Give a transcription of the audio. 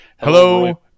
Hello